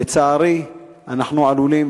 לצערי אנחנו עלולים,